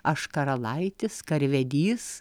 aš karalaitis karvedys